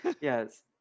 Yes